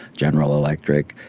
general electric,